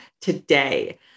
today